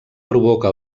provoca